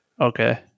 Okay